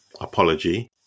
apology